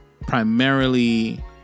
primarily